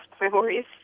memories